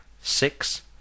Six